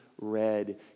red